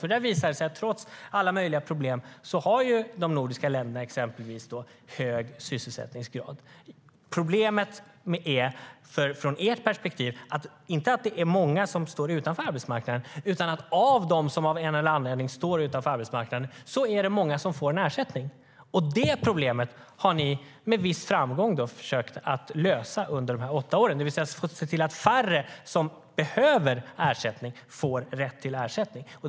Det visar sig nämligen att trots alla möjliga problem har de nordiska länderna hög sysselsättningsgrad. Problemet från ert perspektiv är inte, Fredrik Malm, att det är många som står utanför arbetsmarknaden utan att av dem som av en eller annan anledning står utanför arbetsmarknaden är det många som får ersättning. Det problemet har ni med viss framgång försökt lösa under de gångna åtta åren, det vill säga ni har sett till att färre får rätt till ersättning trots att de behöver det.